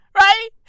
Right